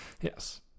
Yes